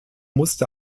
musste